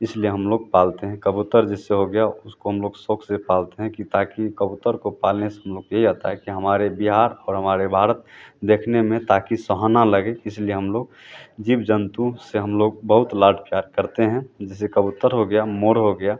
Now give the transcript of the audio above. इसलिए हम लोग पालते हैं कबूतर जैसे हो गया उसको हम लोग शौक़ से पालते हैं कि ताकि कबूतर को पालने से हम लोग को यही आता है कि हमारे बिहार और हमारे भारत देखने में ताकि सुहाना लगे इसलिए इसलिए हम लोग जीव जंतु से हम लोग बहुत लाड़ प्यार करते हैं जैसे कबूतर हो गया मोर हो गया